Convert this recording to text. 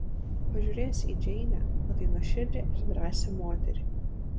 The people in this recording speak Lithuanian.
pažiūrėjęs į džeinę matai nuoširdžią ir drąsią moterį